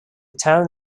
town